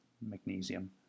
magnesium